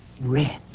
red